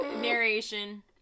narration